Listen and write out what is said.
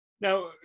Now